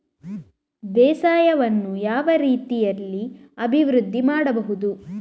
ಬೇಸಾಯವನ್ನು ಯಾವ ರೀತಿಯಲ್ಲಿ ಅಭಿವೃದ್ಧಿ ಮಾಡಬಹುದು?